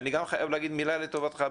אני גם חייב להגיד מילה לטובתך,